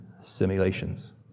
simulations